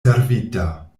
servita